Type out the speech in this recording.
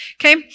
Okay